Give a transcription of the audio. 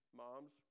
moms